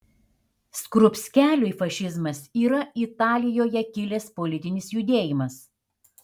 skrupskeliui fašizmas yra italijoje kilęs politinis judėjimas